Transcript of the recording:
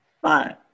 Fine